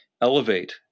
elevate